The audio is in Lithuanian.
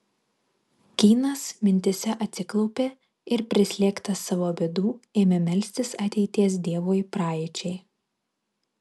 kynas mintyse atsiklaupė ir prislėgtas savo bėdų ėmė melstis ateities dievui praeičiai